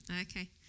okay